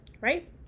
right